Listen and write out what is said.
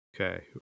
okay